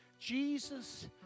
Jesus